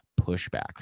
pushback